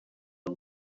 uwo